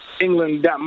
England